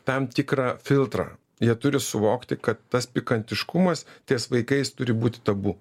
tam tikrą filtrą jie turi suvokti kad tas pikantiškumas ties vaikais turi būti tabu